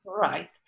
right